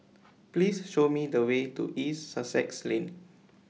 Please Show Me The Way to East Sussex Lane